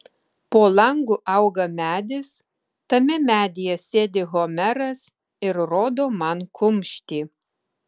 po langu auga medis tame medyje sėdi homeras ir rodo man kumštį